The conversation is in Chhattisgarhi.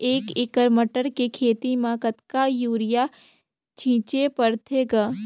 एक एकड़ मटर के खेती म कतका युरिया छीचे पढ़थे ग?